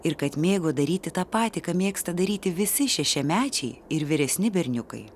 ir kad mėgo daryti tą patį ką mėgsta daryti visi šešiamečiai ir vyresni berniukai